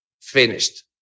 finished